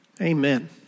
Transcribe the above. Amen